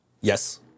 Yes